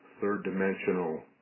third-dimensional